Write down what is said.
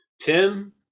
tim